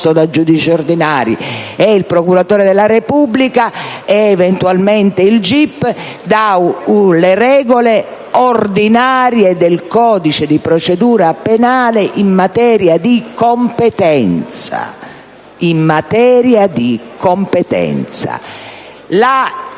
da giudici ordinari, e il procuratore della Repubblica, ed eventualmente il GIP, dalle regole ordinarie del codice di procedura penale in materia di competenza. Ripeto, in materia di competenza. La